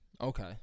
Okay